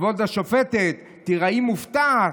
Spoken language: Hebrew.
כבוד השופטת 'תיראי מופתעת'